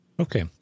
Okay